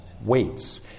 weights